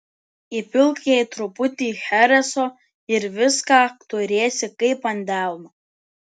įpilk jai truputį chereso ir viską turėsi kaip ant delno